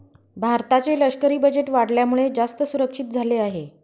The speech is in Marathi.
भारताचे लष्करी बजेट वाढल्यामुळे, जास्त सुरक्षित झाले आहे